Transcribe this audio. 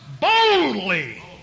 boldly